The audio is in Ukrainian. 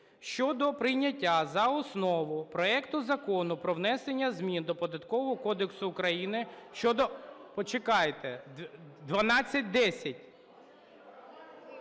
щодо прийняття за основу проекту Закону про внесення змін до Податкового